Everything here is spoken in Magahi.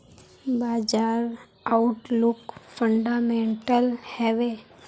बाजार आउटलुक फंडामेंटल हैवै?